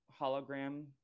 hologram